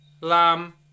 lamb